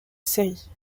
série